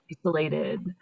isolated